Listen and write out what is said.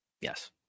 Yes